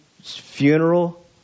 funeral